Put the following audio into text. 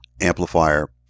amplifier